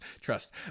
Trust